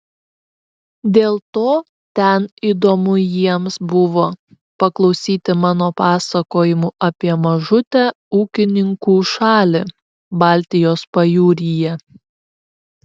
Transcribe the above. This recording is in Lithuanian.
dėl to ten įdomu jiems buvo paklausyti mano pasakojimų apie mažutę ūkininkų šalį baltijos pajūryje